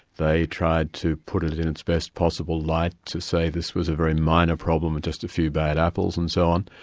they tried to put it it in its best possible light, to say this was a very minor problem, and just a few bad apples and so on.